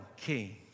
king